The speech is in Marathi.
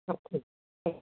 ठीक हां